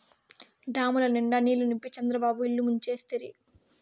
డాముల నిండా నీళ్ళు నింపి చంద్రబాబు ఇల్లు ముంచేస్తిరి